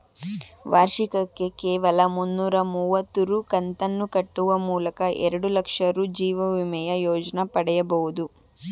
ವಾರ್ಷಿಕಕ್ಕೆ ಕೇವಲ ಮುನ್ನೂರ ಮುವತ್ತು ರೂ ಕಂತನ್ನು ಕಟ್ಟುವ ಮೂಲಕ ಎರಡುಲಕ್ಷ ರೂ ಜೀವವಿಮೆಯ ಯೋಜ್ನ ಪಡೆಯಬಹುದು